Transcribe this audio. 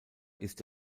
ist